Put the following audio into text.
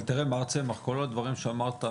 אבל תראה, מר צמח, כל הדברים שאמרת,